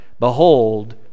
Behold